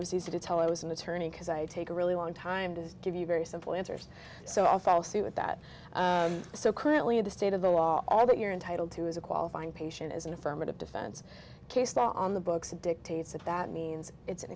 it was easy to tell i was an attorney because i'd take a really long time to give you very simple answers so i'll follow suit with that so currently in the state of the law all that you're entitled to is a qualifying patient as an affirmative defense case law on the books and dictates that that means it's an